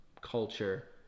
culture